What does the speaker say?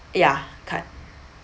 ya cut